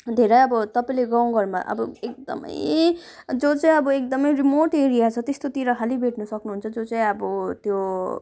धेरै अब तपाईँले गाउँघरमा अब एकदमै जो चाहिँ अब एकदमै रिमोट एरिया छ त्यस्तोहरूतिर खालि भेट्नु सक्नुहुन्छ जो चाहिँ अब त्यो